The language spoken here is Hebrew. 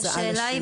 הצעה לשינוי.